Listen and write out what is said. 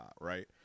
right